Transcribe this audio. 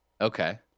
Okay